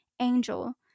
angel